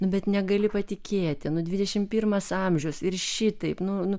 nu bet negali patikėti dvidešimt pirmas amžius ir šitaip nu nu